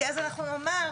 כי אז אנחנו נאמר,